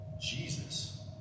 Jesus